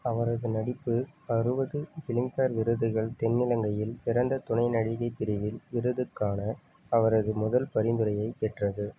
அவரது நடிப்பு அறுபது ஃபிலிம்பேர் விருதுகள் தென்னிலங்கையில் சிறந்த துணை நடிகைப் பிரிவில் விருதுக்கான அவரது முதல் பரிந்துரையைப் பெற்றது